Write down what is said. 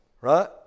Right